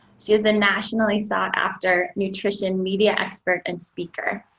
she is a nationally sought after nutrition media expert and speaker.